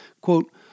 quote